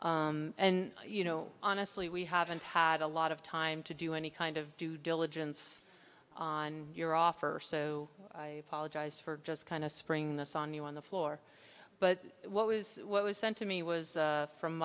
link and you know honestly we haven't had a lot of time to do any kind of due diligence on your offer so i apologize for just kind of spring this on you on the floor but what was what was sent to me was from